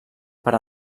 per